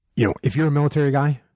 you know if you're a military guy,